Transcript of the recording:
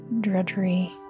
drudgery